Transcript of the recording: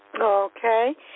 Okay